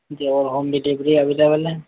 home delivery available है